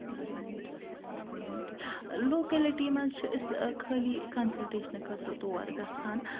locality مَنٛز چھِ أسۍ خٲلی کَنسَلٹیشنہٕ خٲطرٕ تور گَژھان